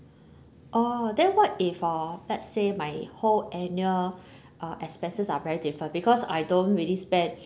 orh then what if uh let's say my whole annual uh expenses are very differ because I don't really spend